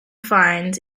finds